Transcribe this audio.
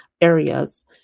areas